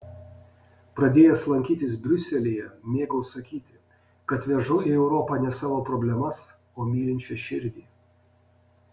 pradėjęs lankytis briuselyje mėgau sakyti kad vežu į europą ne savo problemas o mylinčią širdį